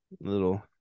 Little